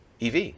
EV